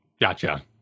gotcha